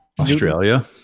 Australia